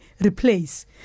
replace